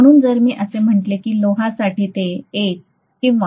म्हणून जर मी असे म्हटले की लोहासाठी ते 1 किंवा 1